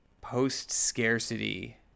post-scarcity